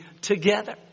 together